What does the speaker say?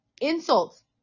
Insults